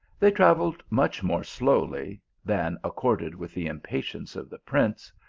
they travelled much more slowly than accorded with the impatience of the prince,